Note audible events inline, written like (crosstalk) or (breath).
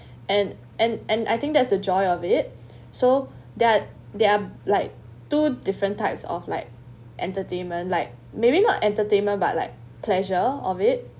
and and and I think that's the joy of it (breath) so that there are like two different types of like entertainment like maybe not entertainment but like pleasure of it